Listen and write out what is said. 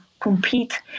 compete